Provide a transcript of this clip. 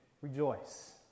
rejoice